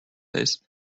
days